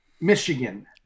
Michigan